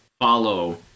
follow